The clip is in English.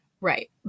Right